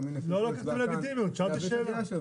לא קשור ללגיטימיות, שאלתי שאלה.